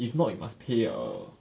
if not you must pay a